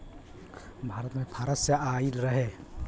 भारत मे फारस से आइल रहे